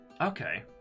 Okay